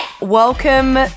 Welcome